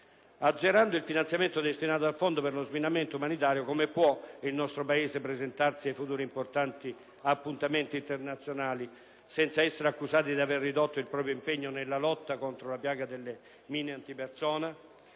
azzerato il finanziamento destinato al Fondo per lo sminamento umanitario, come può il nostro Paese presentarsi ai futuri importanti appuntamenti internazionali senza essere accusato d'aver ridotto il proprio impegno nella lotta contro la piaga delle mine antipersona?